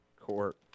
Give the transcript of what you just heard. court